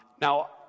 Now